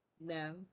No